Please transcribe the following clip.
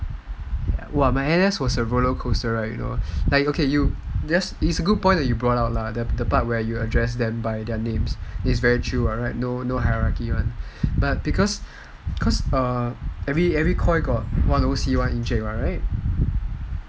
my N_S was a roller coaster ride you know like it's a good point that you brought out the one that you address them by their names it's very chill like no hierarchy one but because every coy got one O_C one encik right